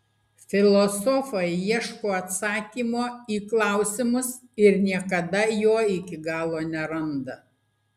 filosofai ieško atsakymo į klausimus ir niekada jo iki galo neranda